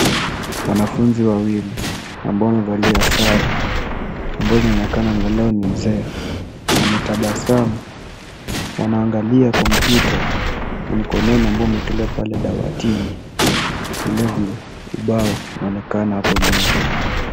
Wanafunzi wawili, ambao wamevalia sare, ambazo zinaonekana angalau ni mzee. Wametabasamu. Wanaangalia kompyuta la mkononi ambao wamewekelewa pale dawatini. Vilevile, ubao unaonekana hapo nyuma.